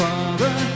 Father